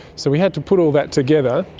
so we had to put all that together,